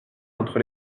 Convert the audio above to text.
entre